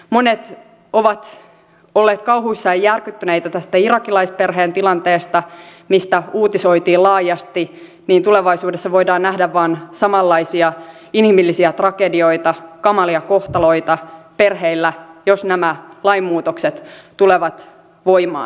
monet ovat olleet kauhuissaan ja järkyttyneitä tästä irakilaisperheen tilanteesta mistä uutisoitiin laajasti tulevaisuudessa voidaan nähdä vain samanlaisia inhimillisiä tragedioita kamalia kohtaloita perheillä jos nämä lainmuutokset tulevat voimaan